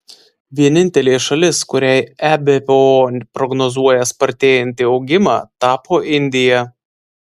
vienintelė šalis kuriai ebpo prognozuoja spartėjantį augimą tapo indija